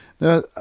Now